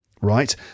right